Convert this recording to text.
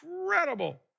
incredible